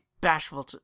bashful